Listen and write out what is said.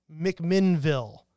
McMinnville